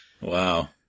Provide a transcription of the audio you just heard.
Wow